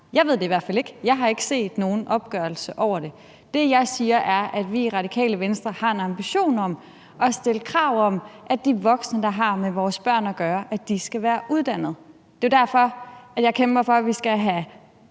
Jeg ved det i hvert fald ikke, jeg har ikke set nogen opgørelse over det. Det, jeg siger, er, at vi i Radikale Venstre har en ambition om at stille krav om, at de voksne, der har med vores børn at gøre, skal være uddannet. Det er derfor, jeg kæmper for, at vi skal have